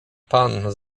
pan